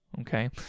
Okay